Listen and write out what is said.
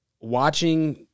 watching